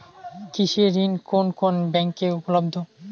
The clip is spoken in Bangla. কৃষি ঋণ কোন কোন ব্যাংকে উপলব্ধ?